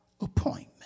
appointment